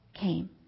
came